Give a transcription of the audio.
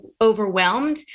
overwhelmed